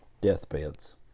deathbeds